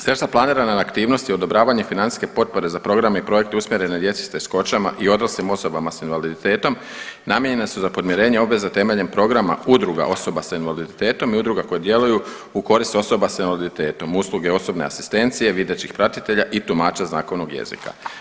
Sredstva planirana na aktivnosti odobravanje financijske potpore za programe i projekte usmjerene djeci s teškoćama i odraslim osobama s invaliditetom namijenjena su za podmirenje obveza temeljem programa udruga osoba sa invaliditetom i udruga koje djeluju u korist osoba s invaliditetom, usluge osobne asistencije, videćih pratitelja i tumača znakovnog jezika.